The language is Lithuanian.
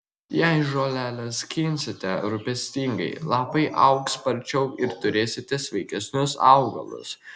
jei žoleles skinsite rūpestingai lapai augs sparčiau ir turėsite sveikesnius augalus